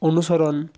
অনুসরণ